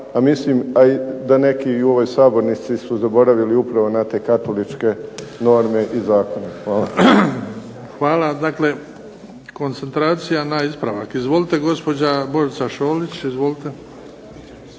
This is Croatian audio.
mislim da i neki u ovoj sabornici su zaboravili upravo na te katoličke norme i zakone. Hvala. **Bebić, Luka (HDZ)** Hvala. Dakle, koncentracija na ispravak. Izvolite, gospođa Božica Šolić. **Šolić,